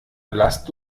lasst